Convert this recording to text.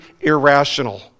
irrational